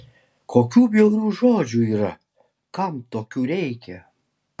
kokių bjaurių žodžių yra kam tokių reikia